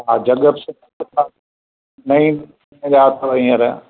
हा जग बि सुठा सुठा नई डिजाइन जा अथव हींअर